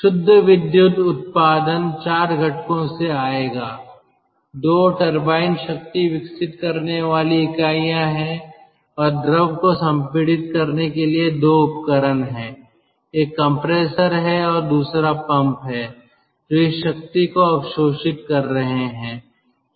शुद्ध विद्युत उत्पादन 4 घटकों से आएगा 2 टर्बाइन शक्ति विकसित करने वाली इकाइयां हैं और द्रव को संपीड़ित करने के लिए 2 उपकरण हैं एक कंप्रेसर है और दूसरा पंप है जो इस शक्ति को अवशोषित कर रहे हैं